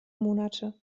monate